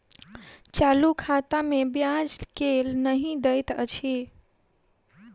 चालू खाता मे ब्याज केल नहि दैत अछि